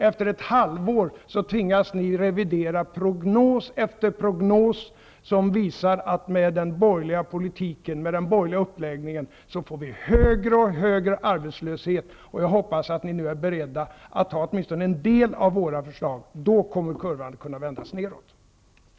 Efter ett halvår i regeringsställning tvingas ni revidera prognos efter prognos, vilket visar att vi med den borgerliga uppläggningen får högre och högre arbetslöshet. Jag hoppas att ni är beredda att anta åtminstone en del av våra förslag. Då kommer kurvan att kunna vändas nedåt.